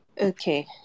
Okay